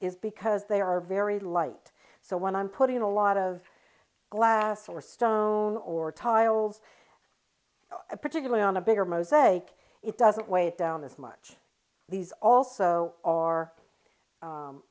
is because they are very light so when i'm putting in a lot of glass or stone or tiles a particular on a bigger mosaic it doesn't weigh down this much these also are